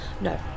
No